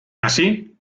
así